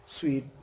Sweet